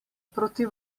proti